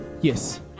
Yes